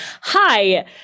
Hi